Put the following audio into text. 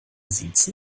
siezen